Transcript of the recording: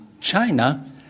China